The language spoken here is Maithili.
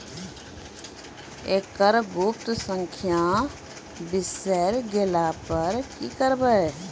एकरऽ गुप्त संख्या बिसैर गेला पर की करवै?